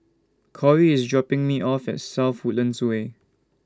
Kori IS dropping Me off At South Woodlands Way